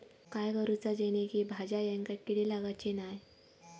काय करूचा जेणेकी भाजायेंका किडे लागाचे नाय?